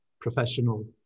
professional